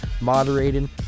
moderating